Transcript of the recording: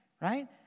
right